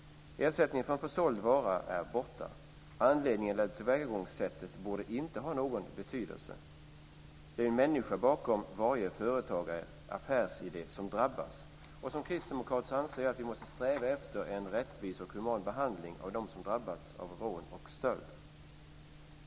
Ersättningen för en försåld vara är borta. Anledningen eller tillvägagångssättet borde inte ha någon betydelse. Det är en människa bakom varje företagare och affärsidé som drabbas. Som kristdemokrat anser jag att vi måste sträva efter en rättvis och human behandling av dem som drabbats av rån och stöld.